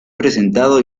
presentado